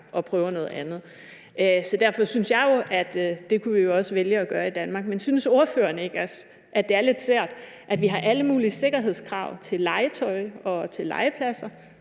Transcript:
og prøver noget andet. Så derfor synes jeg, at det kunne vi jo også vælge at gøre i Danmark. Men synes ordføreren ikke også, at det er lidt svært, at vi har alle mulige sikkerhedskrav til legetøj og til legepladser,